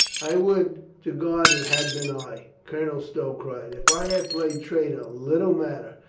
i would to god it had been i! colonel stow cried. if i had played traitor, little matter.